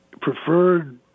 preferred